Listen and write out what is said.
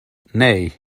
nej